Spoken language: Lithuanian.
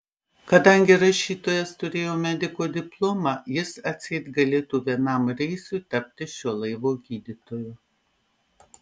kadangi rašytojas turėjo mediko diplomą jis atseit galėtų vienam reisui tapti šio laivo gydytoju